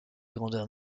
grandeur